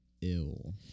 ill